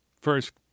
First